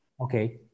Okay